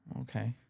Okay